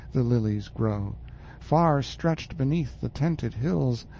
the lilies grow far stretched beneath the tented hills,